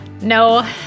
No